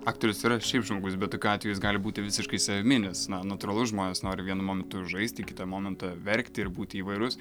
aktorius yra ir šiaip žmogus bet tokiu atveju gali būti visiškai savimi nes na natūralu žmonės nori vienu momentu žaisti kitą momentą verkti ir būti įvairūs